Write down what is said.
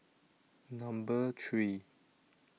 Number three